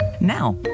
Now